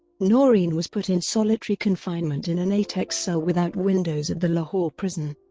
noreen was put in solitary confinement in an eight x cell without windows at the lahore prison.